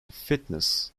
fitness